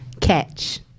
catch